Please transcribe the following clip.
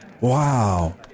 Wow